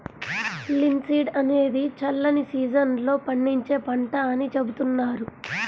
linseed అనేది చల్లని season లో పండించే పంట అని చెబుతున్నారు